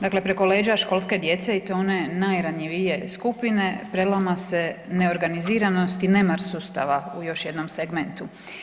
Dakle preko leđa školske djece i to one najranjivije skupine prelama se neorganiziranost i nemarnost sustava u još jednom segmentu.